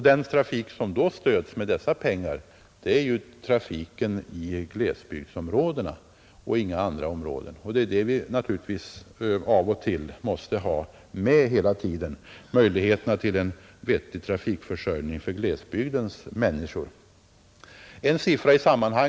Den trafik som stöds med dessa pengar är trafiken i glesbygdsområdena, och inga andra områden. Och det är ju just möjligheterna till en vettig trafikförsörjning för glesbygdens människor som vi måste ha med i bilden hela tiden.